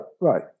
Right